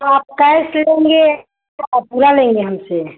तो आप कैस लेंगे या पूरा लेंगे हमसे